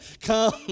Come